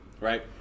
right